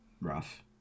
Rough